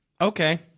Okay